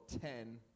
ten